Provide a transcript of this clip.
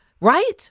right